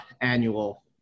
annual